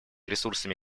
ресурсами